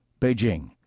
Beijing